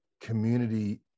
community